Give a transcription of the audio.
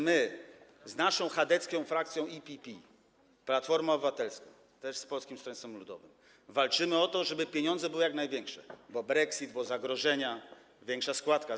My z naszą chadecką frakcją EPP, Platforma Obywatelska z Polskim Stronnictwem Ludowym, walczymy o to, żeby pieniądze były jak największe, bo brexit, bo zagrożenia, większa składka.